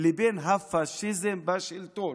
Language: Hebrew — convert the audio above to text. לבין הפשיזם בשלטון.